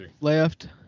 left